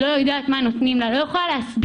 היא לא יודעת מה נותנים לה,